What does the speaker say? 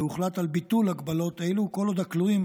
והוחלט על ביטול הגבלות אלו, כל עוד הכלואים